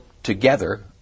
together